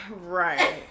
right